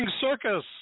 circus